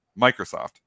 Microsoft